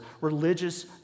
religious